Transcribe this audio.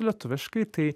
lietuviškai tai